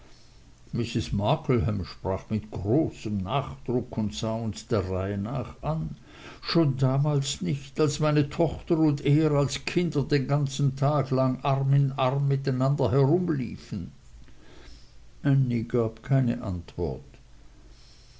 mrs markleham sprach mit großem nachdruck und sah uns der reihe nach an schon damals nicht als meine tochter und er als kinder den ganzen tag lang arm in arm miteinander herumliefen ännie gab keine antwort